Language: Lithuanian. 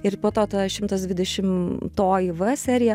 ir po to ta šimtas dvidešimtoji v serija